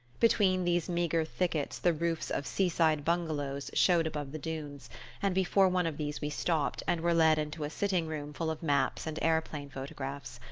between these meagre thickets the roofs of seaside bungalows showed above the dunes and before one of these we stopped, and were led into a sitting-room full of maps and aeroplane photographs.